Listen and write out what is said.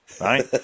right